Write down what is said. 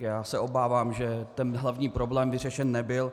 Já se obávám, že ten hlavní problém vyřešen nebyl.